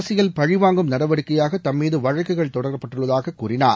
அரசியல் பழிவாங்கும் நடவடிக்கையாக தம்மீது வழக்குகள் தொடங்கப்பட்டுள்ளதாக கூறினார்